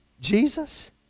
Jesus